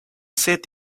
set